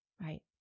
Right